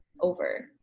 over